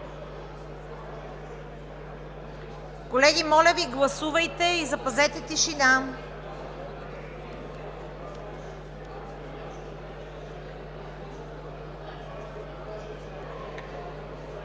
Колеги, моля Ви, гласувайте и запазете тишина!